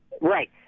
Right